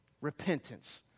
repentance